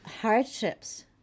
hardships